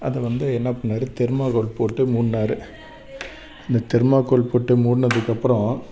அதை வந்து என்ன பண்ணாரு தெர்மாகோல் போட்டு மூடினாரு அந்த தெர்மாகோல் போட்டு மூடினதுக்கு அப்பறம்